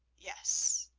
yes,